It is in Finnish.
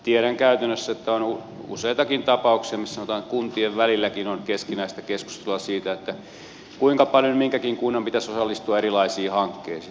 tiedän käytännössä että on useitakin tapauksia missä sanotaan että kuntien välilläkin on keskinäistä keskustelua siitä kuinka paljon minkäkin kunnan pitäisi osallistua erilaisiin hankkeisiin